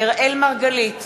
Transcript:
אראל מרגלית,